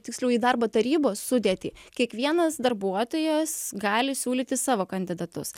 tiksliau į darbo tarybos sudėtį kiekvienas darbuotojas gali siūlyti savo kandidatus